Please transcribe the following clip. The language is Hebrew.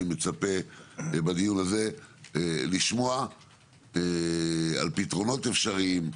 אני מצפה בדיון הזה לשמוע על פתרונות אפשריים,